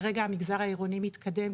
כרגע המגזר העירוני מתקדם,